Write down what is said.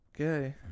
okay